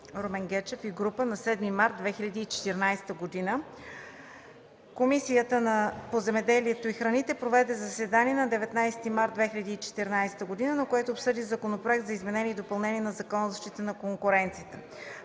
представители на 7 март 2014 г. Комисията по земеделието и храните проведе заседание на 19 март 2014 г., на което обсъди Законопроекта за изменение и допълнение на Закона за защита на конкуренцията.